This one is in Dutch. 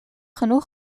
genoeg